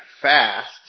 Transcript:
fast